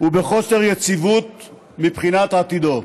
ובחוסר יציבות מבחינת עתידו.